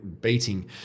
beating